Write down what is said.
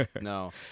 no